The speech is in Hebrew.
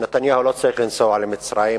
נתניהו לא צריך לנסוע למצרים,